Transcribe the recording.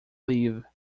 leave